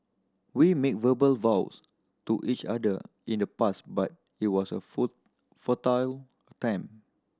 we made verbal vows to each other in the past but it was a futile time